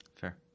Fair